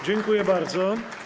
Dziękuję bardzo.